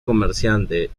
comerciante